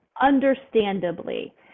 understandably